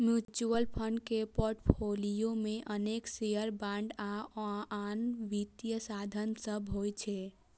mutual fund के portfolio मे अनेक शेयर, बांड आ आन वित्तीय साधन सभ होइ छै